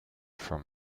from